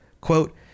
Quote